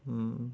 mm